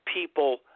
people